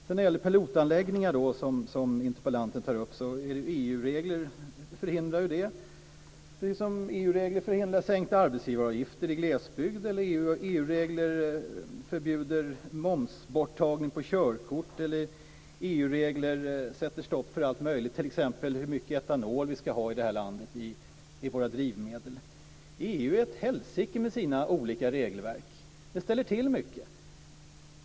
När det gäller pilotanläggningar, som interpellanten tar upp, förhindrar EU-regler det, precis som EU regler förhindrar sänkta arbetsgivaravgifter i glesbygd, EU-regler förbjuder momsborttagande på körkort eller EU-regler sätter stopp för allt möjligt, t.ex. hur mycket etanol vi ska ha i våra drivmedel i det här landet. EU är ett helsike med sina olika regelverk, och det ställer till mycket.